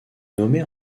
nommée